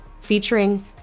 featuring